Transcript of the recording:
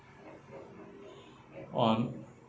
!wah!